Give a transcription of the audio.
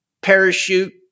parachute